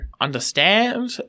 understand